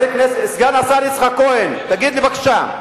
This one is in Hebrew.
סגן השר יצחק כהן, תגיד לי, בבקשה,